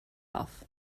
off